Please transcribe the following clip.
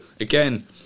again